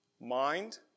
mind